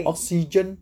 oxygen